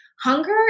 hunger